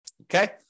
Okay